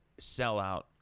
sellout